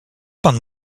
pan